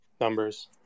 numbers